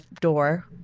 door